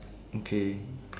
okay